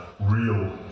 real